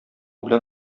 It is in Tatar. белән